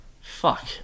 fuck